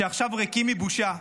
שעכשיו ריקים מבושה,